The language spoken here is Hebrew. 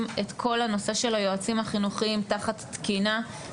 את כל הנושא של היועצים החינוכיים תחת תקינה.